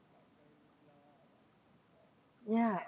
ya